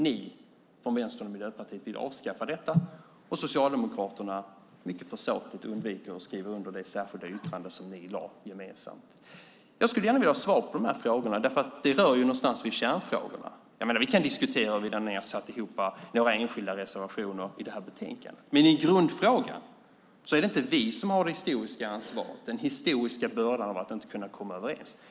Ni från Vänstern och Miljöpartiet vill avskaffa detta, och Socialdemokraterna undviker mycket försåtligt att skriva under det särskilda yttrande som ni gemensamt lade fram. Jag skulle gärna vilja ha svar på de här frågorna, för de rör någonstans vid kärnfrågorna. Vi kan diskutera huruvida ni har satt ihop några enskilda reservationer, men i grundfrågan är det inte vi som har det historiska ansvaret, den historiska bördan av att inte kunna komma överens.